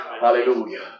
hallelujah